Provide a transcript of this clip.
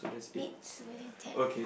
need sewing tape